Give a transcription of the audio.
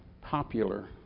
Popular